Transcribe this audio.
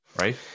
right